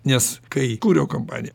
nes kai įkūriau kompaniją